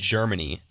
Germany